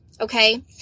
Okay